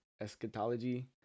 eschatology